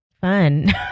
fun